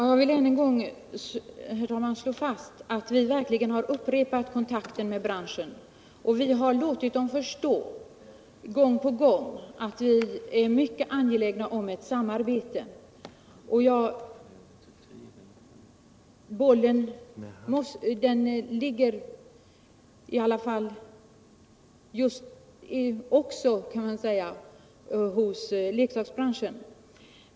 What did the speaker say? Herr talman! Jag vill ännu en gång slå fast att vi verkligen vid upprepade tillfällen tagit kontakt med branschen. Vi har gång på gång låtit branschens företrädare förstå att vi är mycket angelägna om ett samarbete. Bollen ligger hos dem.